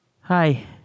Hi